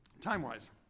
time-wise